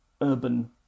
urban